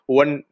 one